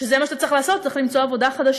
שזה מה שאתה צריך לעשות, צריך למצוא עבודה חדשה.